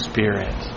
Spirit